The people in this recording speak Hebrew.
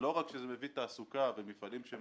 לא רק שזה מביא תעסוקה ומפעלים שהם